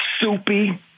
soupy